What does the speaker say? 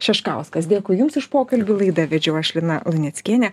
šeškauskas dėkui jums už pokalbį laidą vedžiau aš lina luneckienė